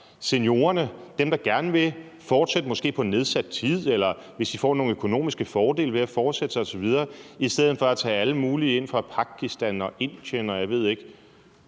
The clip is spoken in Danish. fortsætte med at arbejde, måske på nedsat tid, eller hvis de får nogle økonomiske fordele ved at fortsætte osv., i stedet for at tage alle mulige ind fra Pakistan og Indien og fra